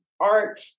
art